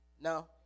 no